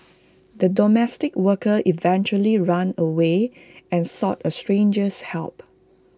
the domestic worker eventually ran away and sought A stranger's help